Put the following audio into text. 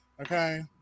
okay